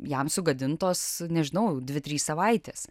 jam sugadintos nežinau dvi trys savaitės